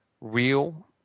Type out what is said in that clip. real